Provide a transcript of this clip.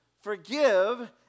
Forgive